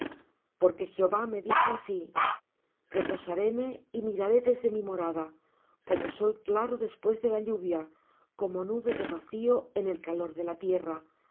porque jehová me dijo así reposaréme y miraré desde mi morada como sol claro después de la lluvia como nube de rocío en el calor de la tierra